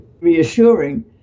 reassuring